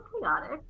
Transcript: chaotic